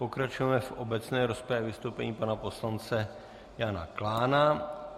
Pokračujeme v obecné rozpravě vystoupením pana poslance Jana Klána.